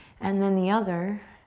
and then the other.